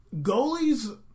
Goalies